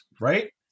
Right